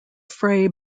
fray